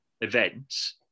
events